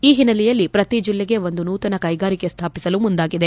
ಈ ಹಿನ್ನೆಲೆಯಲ್ಲಿ ಶ್ರತಿ ಜಲ್ಲೆಗೆ ಒಂದು ನೂತನ ಕೈಗಾರಿಕೆ ಸ್ಥಾಪಿಸಲು ಮುಂದಾಗಿದೆ